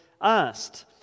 asked